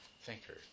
thinker